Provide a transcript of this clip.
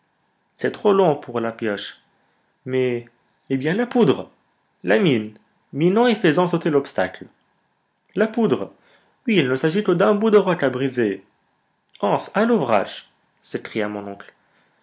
c'est trop long pour la pioche mais eh bien la poudre la mine minons et faisons sauter l'obstacle la poudre oui il ne s'agit que d'un bout de roc à briser hans à l'ouvrage s'écria mon oncle